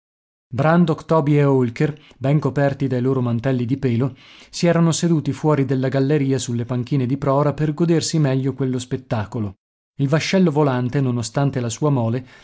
toby e holker ben coperti dai loro mantelli di pelo si erano seduti fuori della galleria sulle panchine di prora per godersi meglio quello spettacolo il vascello volante nonostante la sua mole